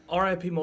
RIP